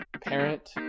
parent